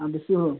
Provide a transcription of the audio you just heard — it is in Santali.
ᱟᱨ ᱫᱮᱥᱤ ᱦᱳᱲᱳ